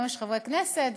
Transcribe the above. היום יש חברי כנסת,